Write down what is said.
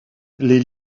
les